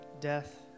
death